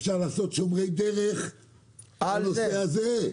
אפשר לעשות שומרי דרך לנושא הזה.